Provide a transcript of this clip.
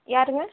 யாருங்க